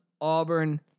Auburn